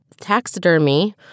Taxidermy